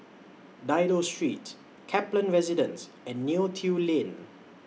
Dido Street Kaplan Residence and Neo Tiew Lane